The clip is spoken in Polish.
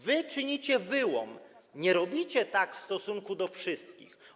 Wy czynicie wyłom, nie robicie tak w stosunku do wszystkich.